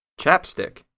ChapStick